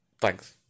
Thanks